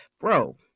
bro